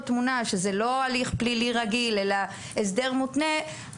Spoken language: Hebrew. תמונה שזה לא הליך פלילי אלא הסדר מותנה,